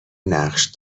نقش